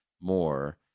more